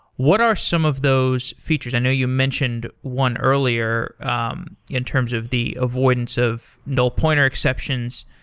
what are some of those features? i know you mentioned one earlier um in terms of the avoidance of null pointer exceptions.